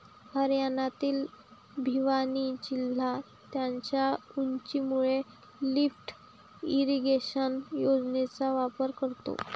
हरियाणातील भिवानी जिल्हा त्याच्या उंचीमुळे लिफ्ट इरिगेशन योजनेचा वापर करतो